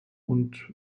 und